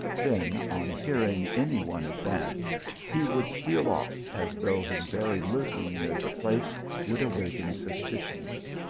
then, on hearing any one advance he would steal off, as though his very lurk ing near the place would awaken suspicions.